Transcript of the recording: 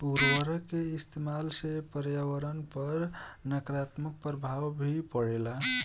उर्वरक के इस्तमाल से पर्यावरण पर नकारात्मक प्रभाव भी पड़ेला